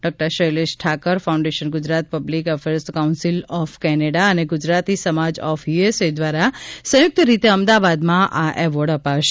ડોક્ટરો Shailesh Thakar foundation Gujarat public affairs council of Canada અને Gujarati Samaj of USA દ્વારા સંયુક્ત રીતે અમદાવાદમાં આ એવોર્ડ અપાશે